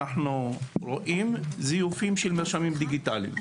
אנחנו רואים זיופים של מרשמים דיגיטליים.